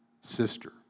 sister